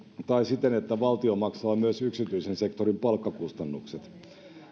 tai siten että valtio maksaa myös yksityisen sektorin palkkakustannukset